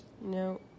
No